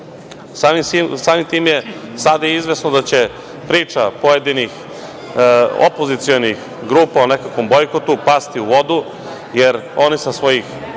tim je sada izvesno da će priča pojedinih opozicionih grupa o nekom bojkotu pasti u vodu, jer oni sa svojih